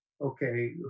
okay